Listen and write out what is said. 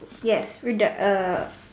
yes we are done err